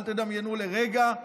אל תדמיינו לרגע,